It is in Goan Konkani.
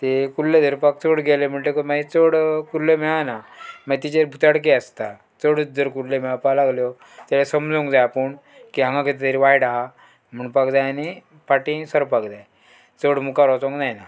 ती कुल्ल्यो धरपाक चड गेले म्हणटकत मागीर चड कुल्ल्यो मेळना मागीर तिचेर भुताडकी आसता चडूत जर कुल्ल्यो मेळपाक लागल्यो तें समजूंक जाय आपूण की हांगा कितें तरी वायट आहा म्हणपाक जाय आनी फाटीं सरपाक जाय चड मुखार वचोंक जायना